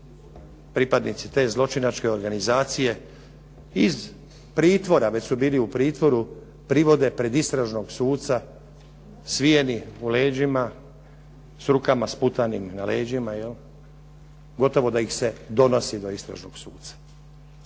pripadnici te zločinačke organizacije iz pritvora, već su bili u pritvoru, privode pred istražnog suca svijeni u leđima, s rukama sputanim na leđima, gotovo da ih se donosi do istražnog suca.